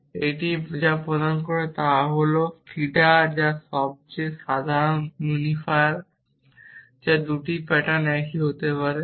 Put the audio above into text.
এবং এটি যা প্রদান করে তা হল থিটা যা সবচেয়ে সাধারণ ইউনিফায়ার যা 2টি প্যাটার্ন একই হতে পারে